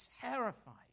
terrified